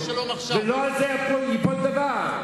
ולא על זה ייפול דבר.